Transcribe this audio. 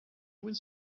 went